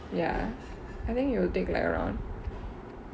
ya I think it will take like around